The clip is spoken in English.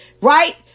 right